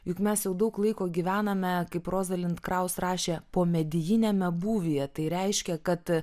juk mes jau daug laiko gyvename kaip rozalinda kraus rašė pomedijiniame būvyje tai reiškia kad